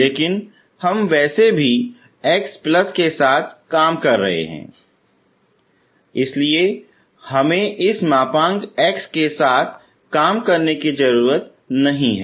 लेकिन हम वैसे भी x के साथ काम कर रहे हैं इसलिए हमें इस मापांक x के साथ काम करने की जरूरत नहीं है